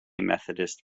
methodist